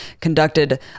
conducted